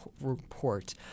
report